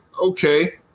Okay